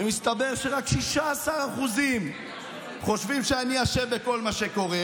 ומסתבר שרק 16% חושבים שאני אשם בכל מה שקורה.